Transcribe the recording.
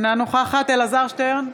אינה נוכחת אלעזר שטרן,